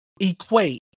equate